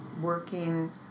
working